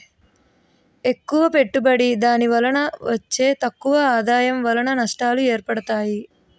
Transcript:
ఎక్కువ పెట్టుబడి దానిపై వచ్చే తక్కువ ఆదాయం వలన నష్టాలు ఏర్పడతాయి